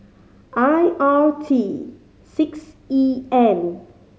I R T six E N